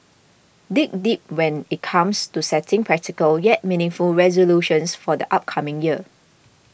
dig deep when it comes to setting practical yet meaningful resolutions for the upcoming year